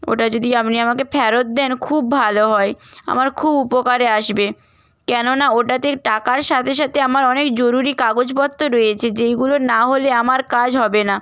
ওটা যদি আপনি আমাকে ফেরত দেন খুব ভালো হয় আমার খুব উপকারে আসবে কেননা ওটাতে টাকার সাথে সাথে আমার অনেক জরুরি কাগজপত্র রয়েচে যেইগুলো না হলে আমার কাজ হবে না